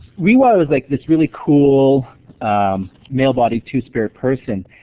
we-wha was like this really cool male-bodied two-spirit person.